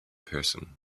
person